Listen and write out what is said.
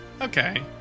Okay